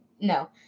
No